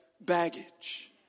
baggage